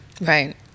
Right